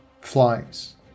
flies